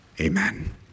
Amen